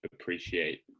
appreciate